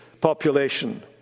population